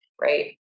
right